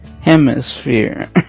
Hemisphere